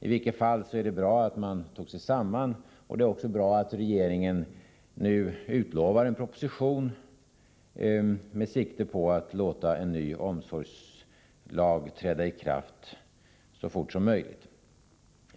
I vilket fall som helst är det bra att man tog sig samman, och det är också bra att regeringen nu utlovar en proposition med sikte på att låta en ny omsorgslag träda i kraft så fort som möjligt.